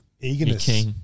eagerness